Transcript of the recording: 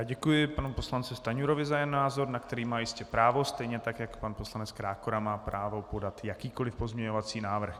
Děkuji panu poslanci Stanjurovi za jeho názor, na který má jistě právo, stejně tak jako pan poslanec Krákora má právo podat jakýkoliv pozměňovací návrh.